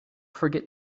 forget